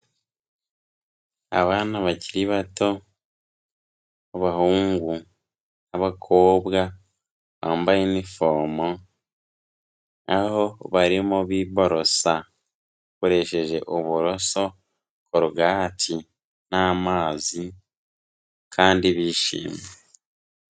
Abana bakiri bato b'abahungu n'abakobwa bambaye inifomo, aho barimo biborosa bakoresheje uburoso, korogati n'amazi kandi bishimye.